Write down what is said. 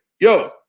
yo